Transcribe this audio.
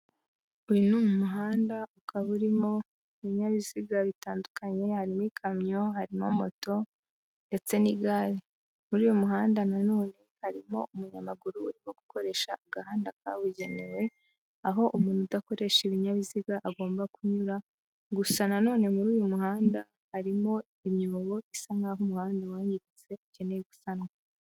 Uyu ni umuhanda ukaba urimo ibinyabiziga bitandukanye, harimo ikamyo, harimo moto ndetse n'igare, muri uyu muhanda nanone harimo umunyamaguru, urimo gukoresha agahanda kabugenewe, aho umuntu udakoresha ibinyabiziga agomba kunyura, gusa nanone muri uyu muhanda, harimo imyobo isa umwanya wangiritse ukeneye gusanwa.